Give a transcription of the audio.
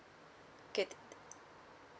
okay